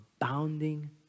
abounding